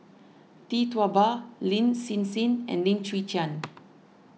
Tee Tua Ba Lin Hsin Hsin and Lim Chwee Chian